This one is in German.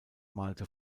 malte